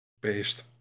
Based